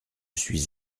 suis